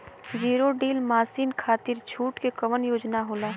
Zero डील मासिन खाती छूट के कवन योजना होला?